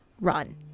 Run